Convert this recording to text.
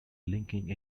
linking